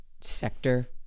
sector